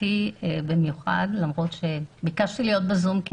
בדים חיוניים כי